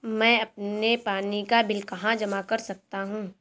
मैं अपने पानी का बिल कहाँ जमा कर सकता हूँ?